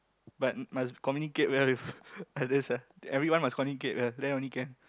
but must communicate well with others ah everyone must communicate well then only can